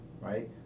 right